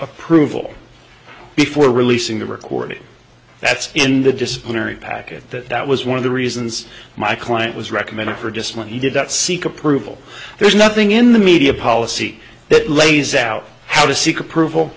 approval before releasing the record that's in the disciplinary bad that that was one of the reasons my client was recommended for just one he did not seek approval there's nothing in the media policy that lays out how to seek approval